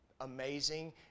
amazing